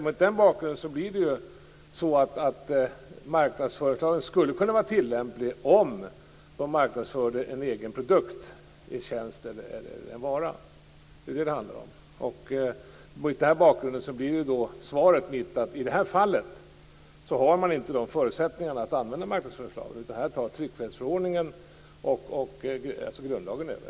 Mot den bakgrunden skulle marknadsföringslagen kunna vara tillämplig om organisationen marknadsförde en egen produkt, en tjänst eller en vara. Det är det som det handlar om. Mot den bakgrunden blir mitt svar att man i det här fallet inte har förutsättningar att använda marknadsföringslagen. Här tar tryckfrihetsförordningen, och därmed grundlagen, över.